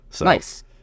Nice